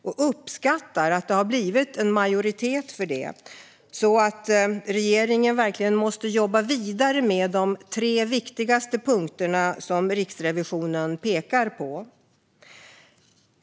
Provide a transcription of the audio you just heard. Jag uppskattar att det har blivit en majoritet för detta, så att regeringen verkligen måste jobba vidare med de tre viktigaste punkterna som Riksrevisionen pekar på.